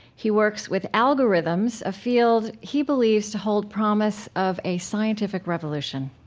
he works with algorithms, a field he believes to hold promise of a scientific revolution